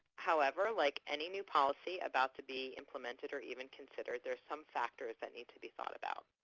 however, like any new policy about to be implemented or even considered, there are some factors that need to be thought about.